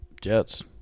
Jets